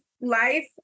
life